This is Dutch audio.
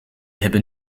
hebben